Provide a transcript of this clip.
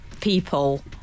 people